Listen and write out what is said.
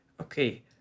okay